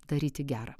daryti gera